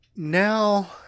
Now